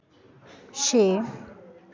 छे